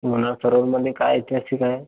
लोणार सरोवरमध्ये काय ऐतिहासिक आहे